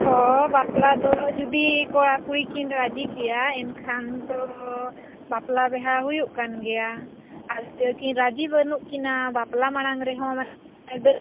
ᱦᱮᱸ ᱵᱟᱯᱞᱟ ᱫᱚ ᱡᱩᱫᱤ ᱠᱚᱲᱟᱼᱠᱩᱲᱤ ᱠᱤᱱ ᱨᱟᱹᱡᱤ ᱜᱮᱭᱟ ᱮᱱᱠᱷᱟᱱ ᱫᱚ ᱵᱟᱯᱞᱟ ᱵᱤᱦᱟᱹ ᱦᱩᱭᱩᱜ ᱠᱟᱱ ᱜᱮᱭᱟ ᱟᱨ ᱡᱩᱫᱤ ᱩᱱᱠᱤᱱ ᱨᱟᱹᱡᱤ ᱵᱟᱹᱱᱩᱜ ᱠᱤᱱᱟ ᱵᱟᱯᱞᱟ ᱢᱟᱲᱟᱝ ᱨᱮ ᱦᱚᱸ ᱢᱟᱱᱮ ᱫᱟᱹᱲ